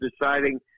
deciding